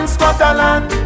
Scotland